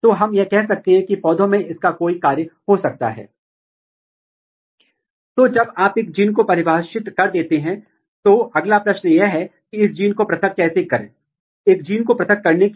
तो इससे यह भी पता चलता है कि औक्सिन रेजोनेंस फैक्टर 7 और 19 अरेबिडोप्सिस में पार्श्विक रूट गठन को विनियमित करने के लिए जेनेटिक रूप से निरर्थक हैं